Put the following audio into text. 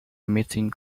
emitting